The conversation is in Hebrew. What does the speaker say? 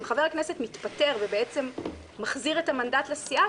אם חבר הכנסת מתפטר ובעצם מחזיר את המנדט לסיעה